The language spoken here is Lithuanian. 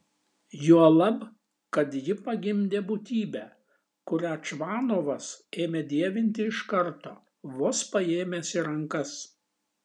juolab kad ji pagimdė būtybę kurią čvanovas ėmė dievinti iš karto vos paėmęs į rankas